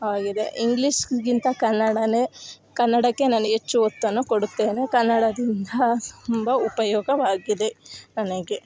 ಆಗಿದೆ ಇಂಗ್ಲೀಷ್ಗಿಂತ ಕನ್ನಡ ಕನ್ನಡಕ್ಕೆ ನಾನು ಹೆಚ್ಚು ಒತ್ತನ್ನು ಕೊಡುತ್ತೇನೆ ಕನ್ನಡದಿಂದ ತುಂಬ ಉಪಯೋಗವಾಗಿದೆ ನನಗೆ